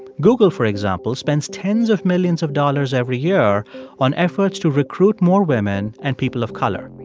google, for example, spends tens of millions of dollars every year on efforts to recruit more women and people of color.